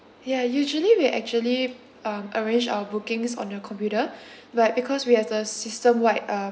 ya usually we'll actually um arrange our bookings on the computer but because we have the system wide um